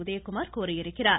உதயகுமார் கூறியிருக்கிறார்